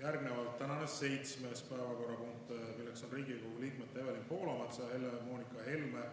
Järgnevalt tänane seitsmes päevakorrapunkt, milleks on Riigikogu liikmete Evelin Poolametsa, Helle-Moonika Helme,